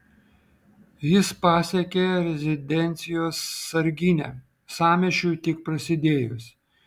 jis pasiekė rezidencijos sarginę sąmyšiui tik prasidėjus